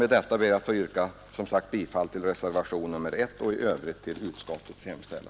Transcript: Med detta ber jag, som sagt, att få yrka bifall till reservationen 1 och i övrigt till vad utskottet hemställt.